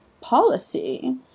policy